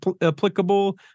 applicable